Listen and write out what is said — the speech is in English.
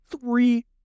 Three